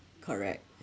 correct